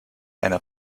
einer